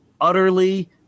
utterly